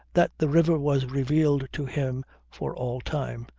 that the river was revealed to him for all time,